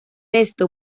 esto